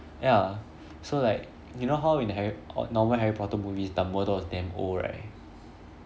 ya so like you know how in harry uh normal harry potter movies dumbledore is damn old right